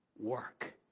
work